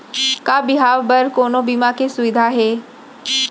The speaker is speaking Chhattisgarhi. का बिहाव बर कोनो बीमा के सुविधा हे?